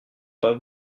pas